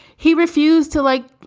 he refused to, like,